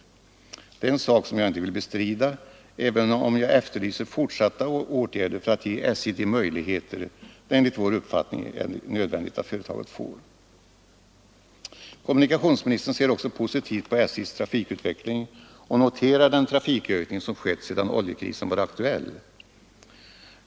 Det är en sak som jag inte vill bestrida även om jag efterlyser fortsatta åtgärder för att ge SJ de möjligheter som det enligt vår uppfattning är nödvändigt att företaget får. Kommunikationsministern ser också positivt på SJ:s trafikutveckling och noterar den trafikökning som skett sedan oljekrisen var aktuell.